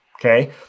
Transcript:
okay